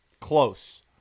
close